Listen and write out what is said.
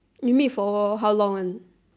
you meet for how long one